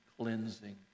cleansing